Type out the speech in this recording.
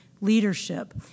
leadership